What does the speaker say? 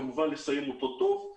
כמובן לסיים אותו טוב,